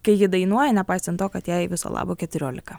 kai ji dainuoja nepaisant to kad jai viso labo keturiolika